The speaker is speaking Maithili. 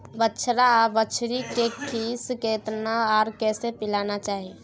बछरा आर बछरी के खीस केतना आर कैसे पिलाना चाही?